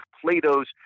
Plato's